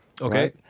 Okay